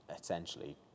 essentially